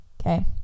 okay